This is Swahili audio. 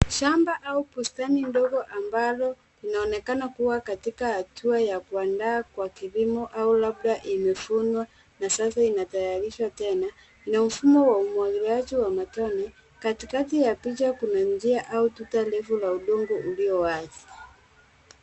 Shamba au bustani ndogo ambalo linaonekana kuwa katika hatua ya kuandaa Kwa kilimo au labda imevunwa na sasa inatayarishwa tena. Kuna mfumo wa umwangiliaji wa matone. Katikati ya picha kuna njia au tuta refu la udongo uliyo wazi.